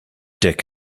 dick